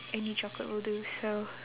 any chocolate will do so